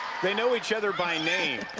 they know each other by name.